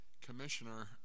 Commissioner